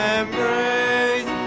embrace